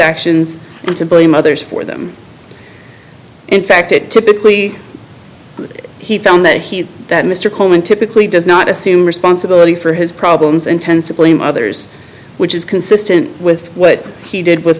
actions and to blame others for them in fact it typically he found that he that mr coleman typically does not assume responsibility for his problems and tends to blame others which is consistent with what he did w